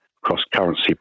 cross-currency